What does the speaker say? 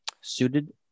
suited